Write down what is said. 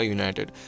United